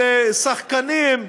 שחקנים,